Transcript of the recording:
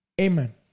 Amen